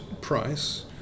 price